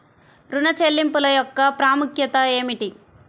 ఋణ చెల్లింపుల యొక్క ప్రాముఖ్యత ఏమిటీ?